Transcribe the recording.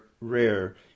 rare